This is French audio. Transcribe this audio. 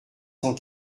cent